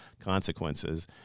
consequences